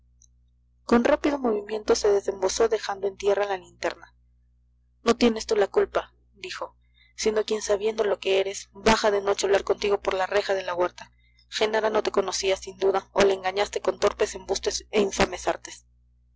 con rápido movimiento se desembozó dejando en tierra la linterna no tienes tú la culpa dijo sino quien sabiendo lo que eres baja de noche a hablar contigo por la reja de la huerta genara no te conocía sin duda o la engañaste con torpes embustes e infames artes